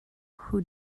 who